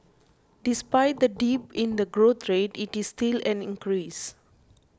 despite the dip in the growth rate it is still an increase